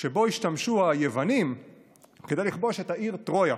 שבו השתמשו היוונים כדי לכבוש את העיר טרויה.